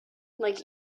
like